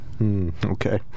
Okay